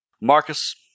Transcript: Marcus